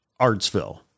Artsville